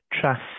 trust